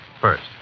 First